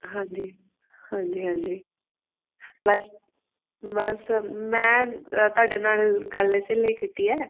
ਹਾਂਜੀ ਹਾਂਜੀ ਹਾਂਜੀ ਬਸ ਬਸ ਮੈਂ ਤੁਹਾਡੇ ਨਾਲ ਗੱਲ ਇਸੇ ਲਈ ਕੀਤੀ ਹੈ